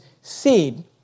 seed